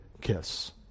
kiss